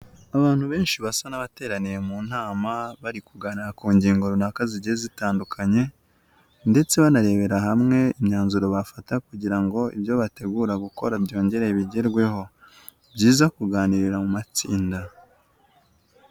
Abantu benshi basa n'abateraniye mu nama bari kuganira ku ngingo runaka zigiye zitandukanye ndetse banarebera hamwe imyanzuro bafata kugira ngo ibyo bategura gukora byongere bigerweho, ni byiza kuganirira mu matsinda.